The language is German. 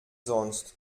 sonst